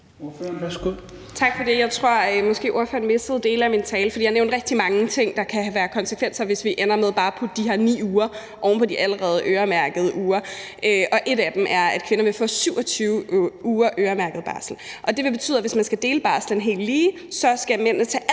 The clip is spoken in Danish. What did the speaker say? Tak for det. Jeg tror, at ordføreren måske missede dele af min tale, for jeg nævnte rigtig mange ting, der kan være konsekvenser, hvis vi ender med bare at putte de her 9 uger oven på de allerede øremærkede uger. En af dem er, at kvinderne får 27 ugers øremærket barsel, og det vil betyde, at hvis man skal dele barslen helt lige, skal mændene tage alt